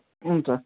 ம் சார்